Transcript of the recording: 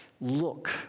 look